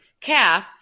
calf